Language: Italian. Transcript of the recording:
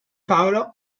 paolo